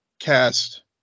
cast